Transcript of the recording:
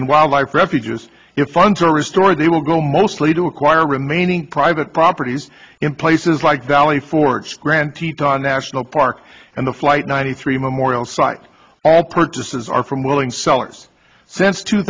and wildlife refuges if funds are restored they will go mostly to acquire remaining private properties in places like valley forge grand teton national park and the flight ninety three memorial site all purchases are from willing sellers since two